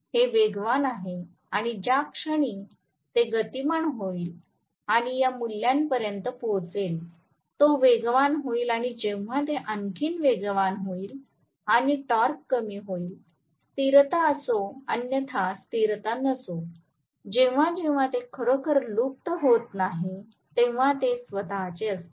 हे वेगवान आहे आणि ज्या क्षणी ते गतीमान होईल आणि या मूल्यापर्यंत पोहोचेल तो वेगवान होईल आणि जेव्हा ते आणखी वेगवान होईल आणि टॉर्क कमी होईल स्थिरता असो अन्यथा स्थिरता नसो जेव्हा जेव्हा ते खरोखरच लुप्त होत नाही तेव्हा ते स्वतःचे असते